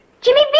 Jimmy